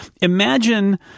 imagine